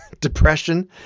depression